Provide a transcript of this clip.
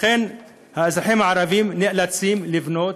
לכן האזרחים הערבים נאלצים לבנות